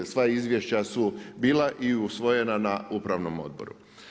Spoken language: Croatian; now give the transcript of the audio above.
Sva izvješća su bila i usvojena na upravnom odboru.